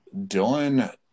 Dylan –